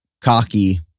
cocky